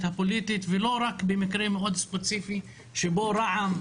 הפוליטית ולא רק במקרים מאוד ספציפיים שבהם רע"ם,